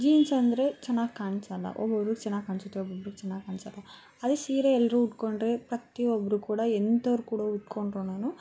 jeans ಅಂದರೆ ಚೆನ್ನಾಗಿ ಕಾಣಿಸಲ್ಲ ಒಬ್ಬೊಬ್ರಿಗೆ ಚೆನ್ನಾಗಿ ಕಾಣಿಸುತ್ತೆ ಒಬ್ಬೊಬ್ರಿಗೆ ಚನ್ನಾಗಿ ಕಾಣಿಸಲ್ಲ ಅದೇ ಸೀರೆ ಎಲ್ಲರೂ ಉಟ್ಕೊಂಡ್ರೆ ಪ್ರತಿಯೊಬ್ಬರೂ ಕೂಡ ಎಂಥೋರು ಕೂಡ ಉಟ್ಕೊಂಡ್ರೂನು